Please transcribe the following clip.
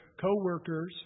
co-workers